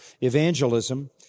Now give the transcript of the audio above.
evangelism